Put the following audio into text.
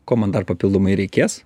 ko man dar papildomai reikės